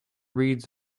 reads